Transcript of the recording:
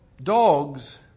Dogs